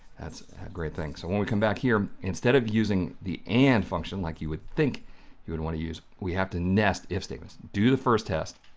that's a great thing. so when we come back here, instead instead of using the and function like you would think you would want to use, we have to nest if statements, do the first test,